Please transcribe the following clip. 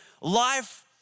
life